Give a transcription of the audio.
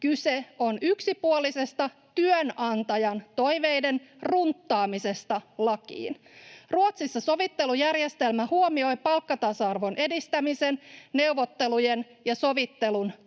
kyse on yksipuolisesta työnantajan toiveiden runttaamisesta lakiin. Ruotsissa sovittelujärjestelmä huomioi palkkatasa-arvon edistämisen neuvottelujen ja sovittelun tavoitteena.